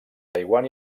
taiwan